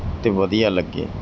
ਅਤੇ ਵਧੀਆ ਲੱਗੇ